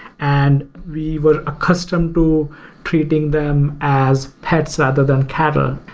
and we were accustomed to treating them as pets rather than cattle,